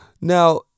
Now